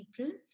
april